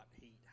heat